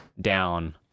down